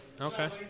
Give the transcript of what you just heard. Okay